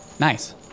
Nice